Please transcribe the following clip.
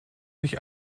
sich